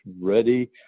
ready